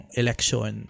election